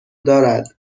دارد